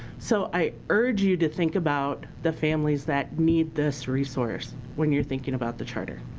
so i urge you to think about the families that need this resource when you're thinking about the charter.